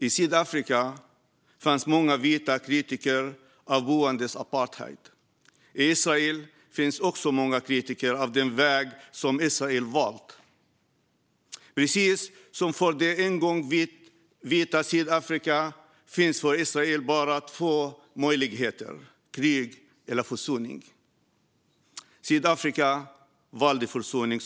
I Sydafrika fanns många vita kritiker av boernas apartheid. I Israel finns också många kritiker av den väg som Israel har valt. Precis som för det en gång vita Sydafrika finns det för Israel bara två möjligheter: krig eller försoning. Sydafrika valde försoning.